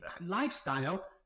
lifestyle